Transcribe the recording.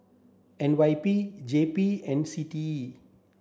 N Y P J P and C T E